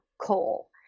coal